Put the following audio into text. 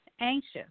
anxious